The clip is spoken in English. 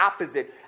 opposite